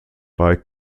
bei